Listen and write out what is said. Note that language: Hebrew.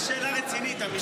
יש שאלה רצינית, אמיתית.